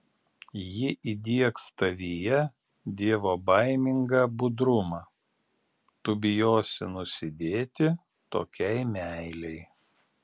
ji įdiegs tavyje dievobaimingą budrumą tu bijosi nusidėti tokiai meilei